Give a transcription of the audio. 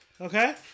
Okay